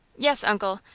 yes, uncle.